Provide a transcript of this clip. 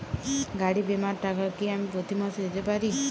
গাড়ী বীমার টাকা কি আমি প্রতি মাসে দিতে পারি?